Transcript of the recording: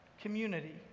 community